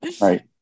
right